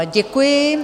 Děkuji.